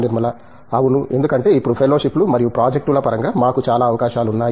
నిర్మలా అవును ఎందుకంటే ఇప్పుడు ఫెలోషిప్లు మరియు ప్రాజెక్టుల పరంగా మాకు చాలా అవకాశాలు ఉన్నాయి